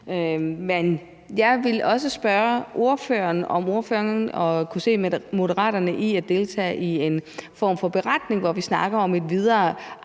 Men jeg ville også spørge ordføreren, om ordføreren kunne se Moderaterne deltage i en form for beretning, hvor vi snakker om et videre